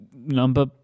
number